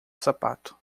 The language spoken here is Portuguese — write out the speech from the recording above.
sapato